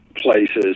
places